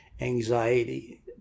anxiety